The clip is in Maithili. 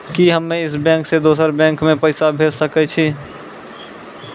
कि हम्मे इस बैंक सें दोसर बैंक मे पैसा भेज सकै छी?